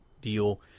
deal